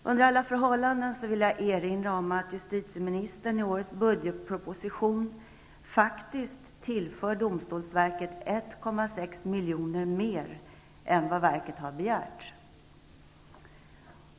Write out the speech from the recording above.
Under alla förhållanden vill jag erinra om att justitieministern i årets budgetproposition faktiskt tillför domstolsverket 1,6 miljoner mer än verket har begärt.